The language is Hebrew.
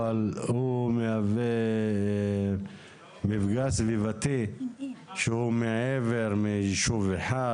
אבל הוא מהווה מפגע סביבתי שהוא מעבר לישוב אחד,